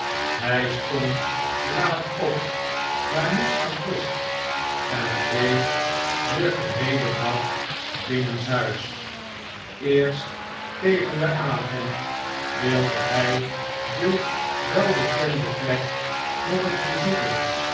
hij stond laat op maar niet verfrischt en bleef den geheelen dag binnenshuis eerst tegen den avond wilde hij de welbekende plek nog eens opzoeken